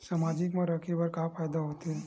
सामाजिक मा रहे बार का फ़ायदा होथे?